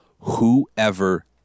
whoever